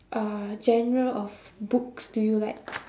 uh genre of books do you like